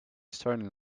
starting